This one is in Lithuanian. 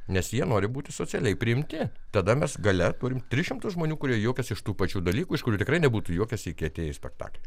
nes jie nori būti socialiai priimti tada mes gale turim tris šimtus žmonių kurie juokiasi iš tų pačių dalykų iš kurių tikrai nebūtų juokėsi iki atėjus į spektaklį